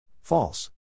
False